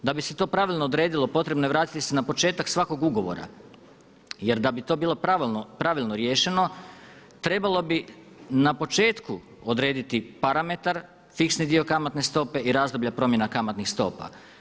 Da bi se to pravilno odredilo potrebno je vratiti se na početak svakog ugovora, jer da bi to bilo pravilno riješeno trebalo bi na početku odrediti parametar, fiksni dio kamatne stope i razdoblja promjena kamatnih stopa.